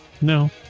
No